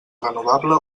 renovable